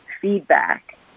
feedback